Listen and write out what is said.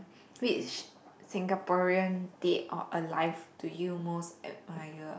which Singaporean dead or alive do you most admire